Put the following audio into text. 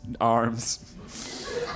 arms